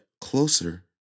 closer